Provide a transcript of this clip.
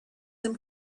them